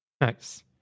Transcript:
Nice